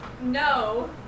No